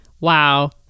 wow